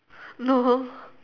no